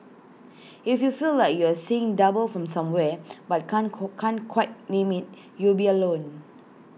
if you feel like you're seeing double from somewhere but can't can't quite name IT you'll be alone